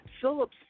Phillips